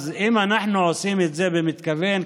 אז אם אנחנו עושים את זה במתכוון,